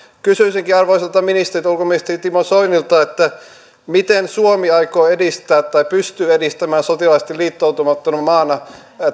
kysyisinkin arvoisalta ministeriltä ulkoministeri timo soinilta miten suomi aikoo edistää tai pystyy edistämään sotilaallisesti liittoutumattomana maana